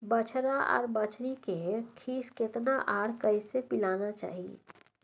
बछरा आर बछरी के खीस केतना आर कैसे पिलाना चाही?